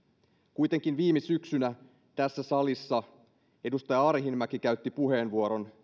kuitenkin viime syksynä tässä salissa edustaja arhinmäki käytti puheenvuoron